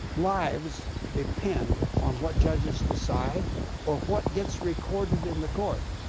lives depend on what judges decide or what gets recorded in the court.